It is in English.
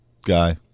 guy